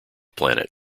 planet